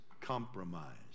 compromise